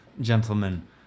gentlemen